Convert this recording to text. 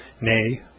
nay